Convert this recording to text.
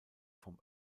vom